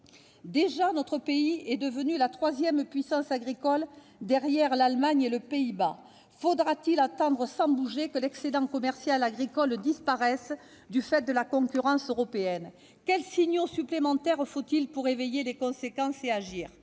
ans. Notre pays est déjà devenu la troisième puissance agricole, derrière l'Allemagne et les Pays-Bas. Faudra-t-il attendre sans bouger que notre excédent commercial agricole disparaisse du fait de la concurrence européenne ? Quels signaux supplémentaires faut-il pour réveiller les consciences et agir ?